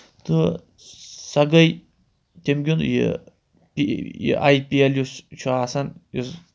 تہٕ سۄ گٔے تٔمۍ گیُنٛد یہِ یہِ آی پی ایل یُس چھُ آسان یُس